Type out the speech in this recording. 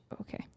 Okay